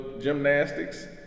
Gymnastics